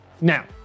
now